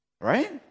right